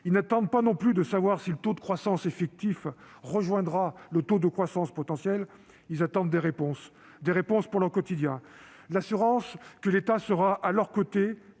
Ils n'attendent pas non plus de savoir si le taux de croissance effectif rejoindra le taux de croissance potentiel. Ils attendent des réponses. Des réponses pour leur quotidien. L'assurance que l'État sera à leur côté